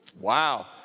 Wow